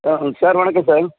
sir sir வணக்கம் sir